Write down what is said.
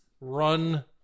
run